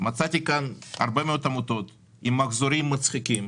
מצאתי כאן הרבה מאוד עמותות שמציגות מחזורים מצחיקים,